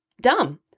dumb